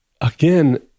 again